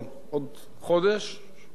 משהו כזה,